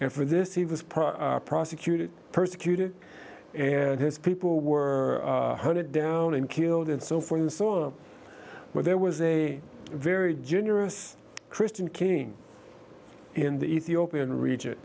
and for this he was prosecuted persecuted and his people were hunted down and killed and so forth and saw where there was a very generous christian king in the ethiopian reg